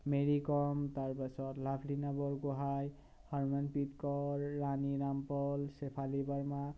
মেৰি কম তাৰপিছত লাভলিনা বৰগোহাঁই হৰমনপ্ৰীত কৌৰ ৰাণী ৰামপল চেফালী বৰ্মা